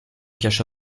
cacha